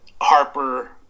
Harper –